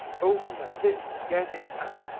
open the pit and get him out.